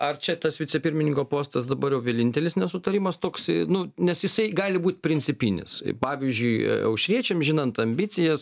ar čia tas vicepirmininko postas dabar jau vienintelis nesutarimas toks nu nes jisai gali būti principinis pavyzdžiui aušriečiam žinant ambicijas